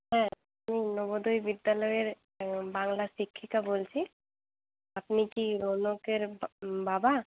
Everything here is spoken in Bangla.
হ্যাঁ আমি নবোদয় বিদ্যালয়ের বাংলার শিক্ষিকা বলছি আপনি কি রৌণকের বাবা